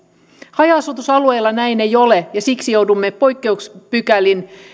haja asutusalueilla näin ei ole ja siksi joudumme poikkeuspykälin